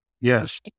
Yes